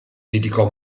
dedicò